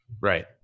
Right